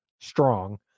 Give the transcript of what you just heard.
strong